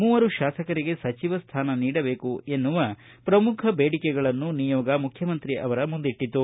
ಮೂವರು ಶಾಸಕರಿಗೆ ಸಚಿವ ಸ್ಥಾನ ನೀಡಬೇಕು ಎನ್ನುವ ಪ್ರಮುಖ ಬೇಡಿಕೆಗಳನ್ನು ನಿಯೋಗ ಮುಖ್ಖಮಂತ್ರಿ ಅವರ ಮುಂದಿಟ್ಟಿತು